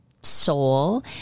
soul